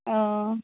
অঁ